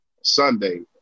Sunday